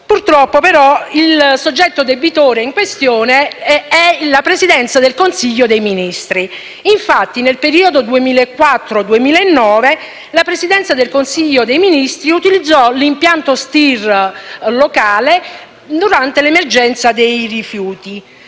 Purtroppo, però, il soggetto debitore in questione è la Presidenza del Consiglio dei ministri. Infatti, nel periodo 2004-2009, la Presidenza del Consiglio dei ministri utilizzò l'impianto Stir locale durante l'emergenza dei rifiuti.